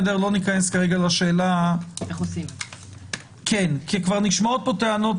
לא ניכנס כרגע לשאלה איך עושים כי כבר נשמעות פה טענות.